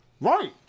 Right